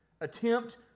attempt